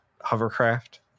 hovercraft